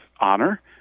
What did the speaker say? honor